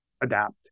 adapt